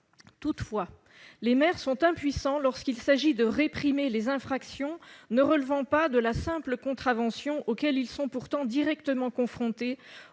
Toutefois, les maires sont impuissants lorsqu'il s'agit de réprimer des infractions ne relevant pas de la simple contravention auxquelles ils sont pourtant directement confrontés